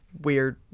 Weird